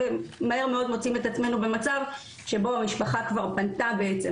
מהר מאוד מוצאים את עצמנו במצב שבו המשפחה כבר פנתה בעצם